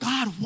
God